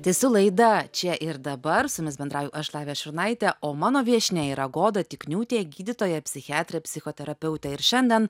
tęsiu laida čia ir dabar su jumis bendrauju aš lavija šurnaitė o mano viešnia yra goda tikniūtė gydytoja psichiatrė psichoterapeutė ir šiandien